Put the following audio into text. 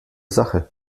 sache